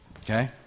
Okay